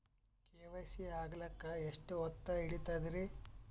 KYC ಆಗಲಕ್ಕ ಎಷ್ಟ ಹೊತ್ತ ಹಿಡತದ್ರಿ?